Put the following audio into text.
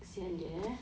kesian dia eh